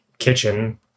kitchen